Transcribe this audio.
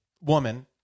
woman